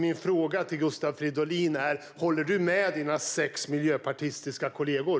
Min fråga till Gustav Fridolin är: Håller du med dina sex miljöpartistiska kollegor?